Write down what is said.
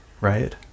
right